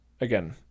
again